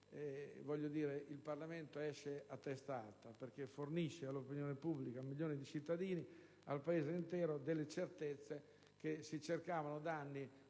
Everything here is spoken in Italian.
il Parlamento esce a testa alta, perché fornisce all'opinione pubblica, a milioni di cittadini, al Paese intero delle certezze che si cercavano da anni